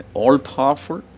all-powerful